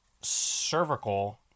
cervical